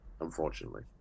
unfortunately